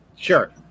Sure